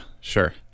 sure